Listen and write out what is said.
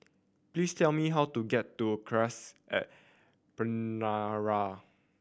please tell me how to get to Cassia at Penjuru